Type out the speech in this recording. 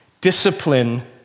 discipline